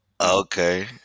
Okay